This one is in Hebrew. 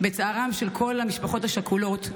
בצערן של כל המשפחות השכולות,